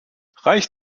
reich